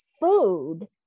food